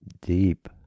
deep